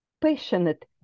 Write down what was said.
passionate